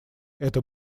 это